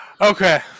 Okay